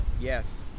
Yes